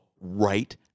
right